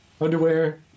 Underwear